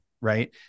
right